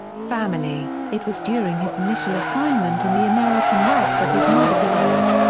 family it was during his initial assignment in the american west that his mother died.